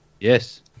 Yes